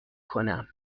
کنم